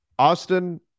Austin